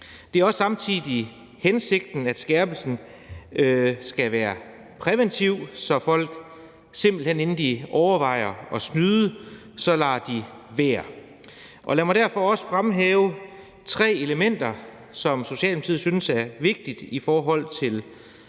Det er også samtidig hensigten, at skærpelsen skal være præventiv, så folk simpelt hen, inden de overvejer at snyde, lader være. Lad mig derfor også fremhæve tre elementer, som Socialdemokratiet synes er vigtige i forhold til